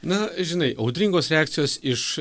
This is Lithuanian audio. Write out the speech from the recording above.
na žinai audringos reakcijos iš